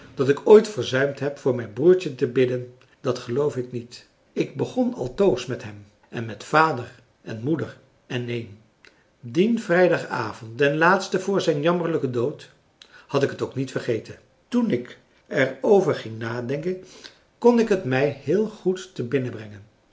dat ik ooit verzuimd heb voor mijn broertje te bidden dat geloof ik niet ik begon altoos met hem en met vader en moeder en neen dien vrijdagavond den laatsten voor zijn jammerlijken dood had ik het ook niet vergeten toen ik er over ging nadenken kon ik het mij heel goed te